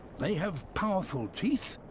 they have powerful teeth